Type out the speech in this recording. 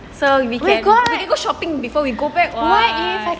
so we can we can go shopping before we go back [what]